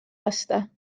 lasta